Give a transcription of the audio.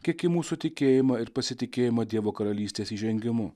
kiek į mūsų tikėjimo ir pasitikėjimo dievo karalystės įžengimu